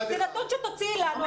זה נתון שתוציאי לנו.